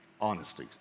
honesty